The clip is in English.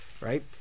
right